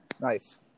Nice